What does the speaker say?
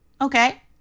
Okay